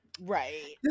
Right